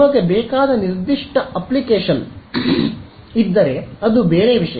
ನಿಮಗೆ ಬೇಕಾದ ನಿರ್ದಿಷ್ಟ ಅಪ್ಲಿಕೇಶನ್ ಇದ್ದರೆ ಅದು ಬೇರೆ ವಿಷಯ